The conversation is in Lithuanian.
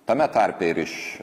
tame tarpe ir iš